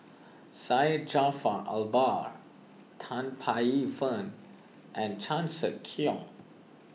Syed Jaafar Albar Tan Paey Fern and Chan Sek Keong